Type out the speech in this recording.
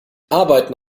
arbeiten